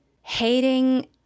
hating